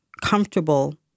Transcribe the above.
comfortable